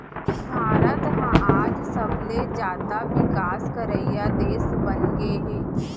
भारत ह आज सबले जाता बिकास करइया देस बनगे हे